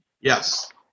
Yes